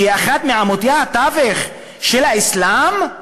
שהיא אחד מעמודי התווך של האסלאם?